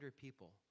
people